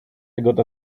gotta